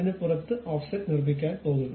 അതിനുപുറത്ത് offset നിർമ്മിക്കാൻ പോകുന്നു